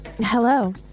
Hello